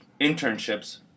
internships